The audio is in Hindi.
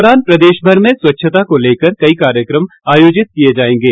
इस दौरान प्रदेशभर में स्वच्छता को लेकर कई कार्यक्रम आयोजित किए जाएंगे